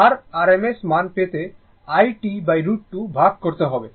r RMS মান পেতে iT√2 ভাগ করতে হবে